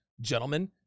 Gentlemen